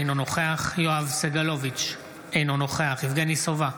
אינו נוכח יואב סגלוביץ' אינו נוכח יבגני סובה,